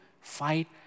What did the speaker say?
fight